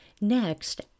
Next